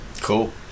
Cool